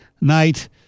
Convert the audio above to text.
night